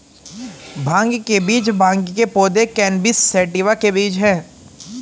भांग के बीज भांग के पौधे, कैनबिस सैटिवा के बीज हैं